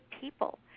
people